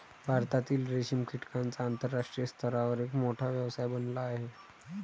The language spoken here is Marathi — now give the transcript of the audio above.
भारतातील रेशीम कीटकांचा आंतरराष्ट्रीय स्तरावर एक मोठा व्यवसाय बनला आहे